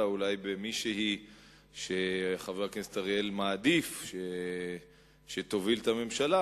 אולי במישהי שחבר הכנסת אריאל מעדיף שתוביל את הממשלה,